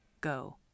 Go